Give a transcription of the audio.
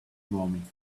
warming